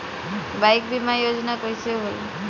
Bike बीमा योजना कैसे होई?